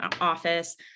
office